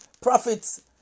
prophets